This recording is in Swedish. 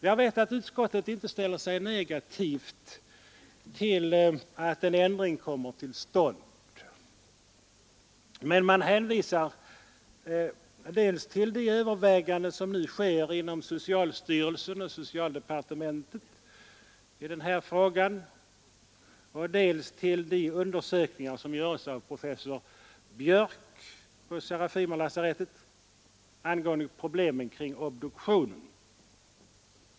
Jag vet att utskottet inte ställer sig negativt till en ändring, men man hänvisar dels till de överväganden som nu görs inom socialstyrelsen och socialdepartementet i den här frågan, dels till de undersökningar som utförs av professor Björck på Serafimerlasarettet angående problemen kring obduktionen.